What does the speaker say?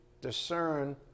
discern